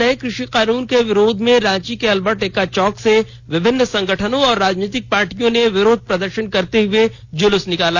नए कषि कानून के विरोध में रांची के अलबर्ट एक्का चौक से विभिन्न संगठनों और राजनीतिक पार्टियों ने विरोध प्रदर्शन करते हुए जुलुस निकाला